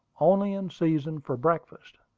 only in season for breakfast.